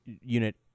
unit